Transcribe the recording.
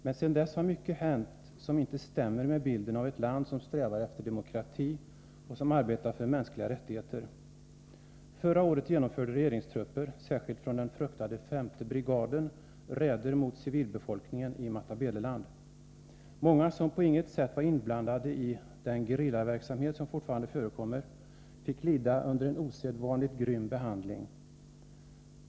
Men sedan dess har mycket hänt som inte överensstämmer med bilden av ett land som strävar efter demokrati och som arbetar för mänskliga rättigheter. Förra året genomförde regeringstrupper, särskilt från den fruktade femte brigaden, räder mot civilbefokningen i Matabeleland. Många som på intet sätt var inblandade i den gerillaverksamhet som förekom, och som fortfarande förekommer, fick lida under en osedvanligt grym behandling.